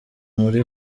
muri